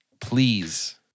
please